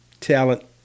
talent